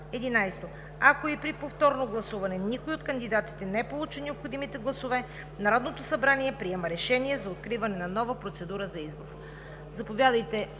„за“. 11. Ако и при повторното гласуване никой от кандидатите не получи необходимите гласове, Народното събрание приема решение за откриване на нова процедура за избор.“